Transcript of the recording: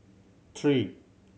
three